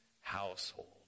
household